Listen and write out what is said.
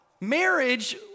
Marriage